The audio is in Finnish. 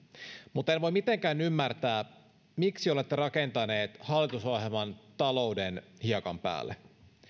mutta en voi mitenkään ymmärtää miksi olette rakentaneet hallitusohjelman talouden hiekan päälle